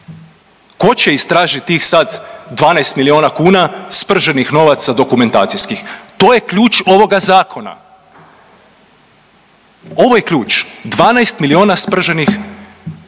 Tko će istražit tih sad 12 milijuna kuna sprženih novaca dokumentacijskih. To je ključ ovoga zakona. Ovo je ključ, 12 milijuna sprženih. Zašto se